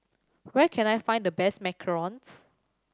where can I find the best macarons